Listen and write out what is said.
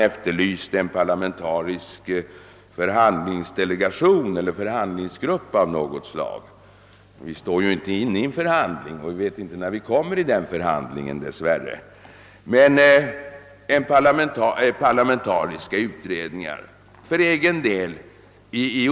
Mot förslaget om en förhandlingsdelegation bör först sägas, att vi från svensk sida inte befinner oss i någon förhandling och att vi dess värre inte heller vet när vi kommer till någon förhandling.